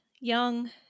Young